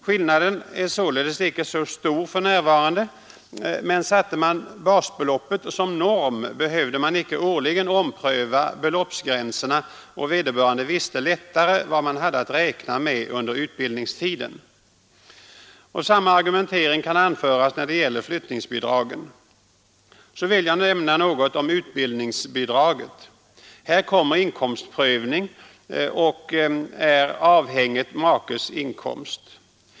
Skillnaden är således inte stor för närvarande, men satte man basbeloppet som norm, behövde man icke årligen ompröva beloppsgränserna, och vederbörande visste då bättre vad man hade att räkna med under utbildningstiden. Samma argumentering kan anföras när det gäller flyttningsbidragen. Så vill jag nämna något om utbildningsbidraget. Här förekommer inkomstprövning, som är avhängig av makes inkomst.